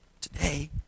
Today